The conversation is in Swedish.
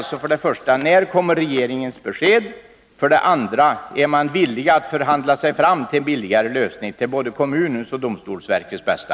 2. Är regeringen villig att förhandla sig fram till billigare lösningar till både kommunens och domstolsverkets bästa?